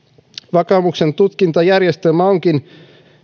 vakaumuksen tutkintajärjestelmä onkin